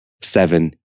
seven